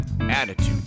Attitude